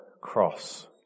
cross